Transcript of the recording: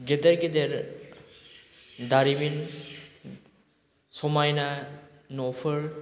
गेदेर गेदेर दारिमिन समायना न'फोर